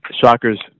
Shockers